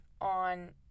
on